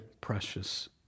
precious